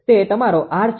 તે તમારો R છે